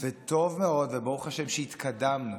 וטוב מאוד וברוך השם שהתקדמנו